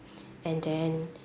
and then